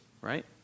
Right